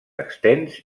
extens